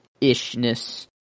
ishness